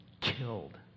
killed